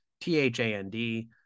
T-H-A-N-D